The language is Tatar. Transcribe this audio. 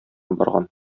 барган